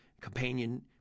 companion